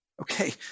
Okay